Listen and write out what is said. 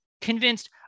convinced